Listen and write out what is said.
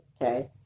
Okay